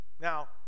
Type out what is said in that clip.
Now